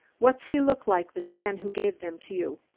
what does he look like this man who gave them to you?